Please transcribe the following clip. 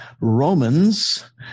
Romans